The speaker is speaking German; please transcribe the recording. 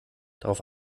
darauf